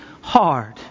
hard